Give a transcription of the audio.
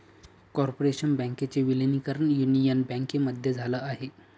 corporation बँकेचे विलीनीकरण union बँकेमध्ये झाल आहे